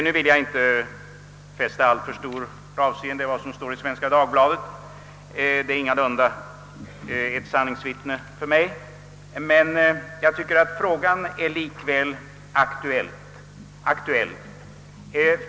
Nu vill jag inte fästa alltför stort avseende vid vad som står i Svenska Dagbladet, eftersom denna tidning för mig ingalunda är något sanningsvittne, men jag tycker likväl att frågan är aktuell.